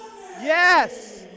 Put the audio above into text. Yes